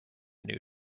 new